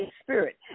spirit